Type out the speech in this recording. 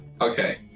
Okay